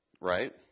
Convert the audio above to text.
Right